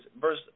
verse